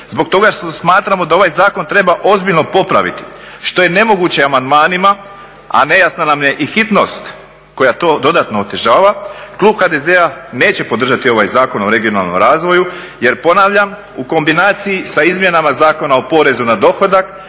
zbog toga što smatramo da ovaj zakon treba ozbiljno popraviti što je nemoguće amandmanima, a nejasna nam je i hitnost koja to dodatno otežava, klub HDZ-a neće podržati ovaj Zakon o regionalnom razvoju jer, ponavljam, u kombinaciji sa izmjenama Zakona o porezu na dohodak,